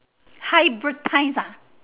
hybridise ah